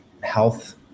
health